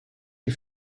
des